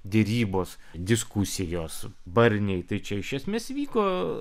derybos diskusijos barniai tai čia iš esmės vyko